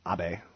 Abe